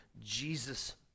Jesus